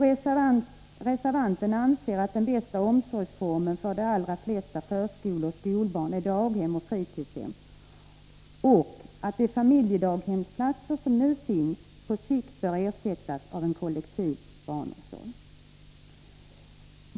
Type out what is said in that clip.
Reservanten anser att den bästa omsorgsformen för de allra flesta förskoleoch skolbarn är daghem och fritidshem och att de familjedaghemsplatser som nu finns, på sikt bör ersättas av en kollektiv barnomsorg.